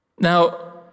Now